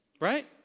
right